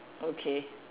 okay